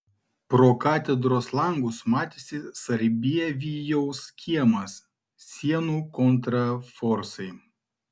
pro katedros langus matėsi sarbievijaus kiemas sienų kontraforsai